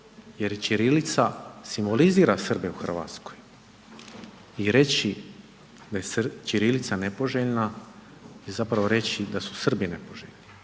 jer ćirilica simbolizira Srbe i Hrvatskoj i reći da je ćirilica nepoželjna je zapravo reći da su Srbi nepoželjni,